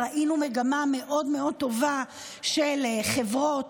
ראינו מגמה מאוד מאוד טובה של חברות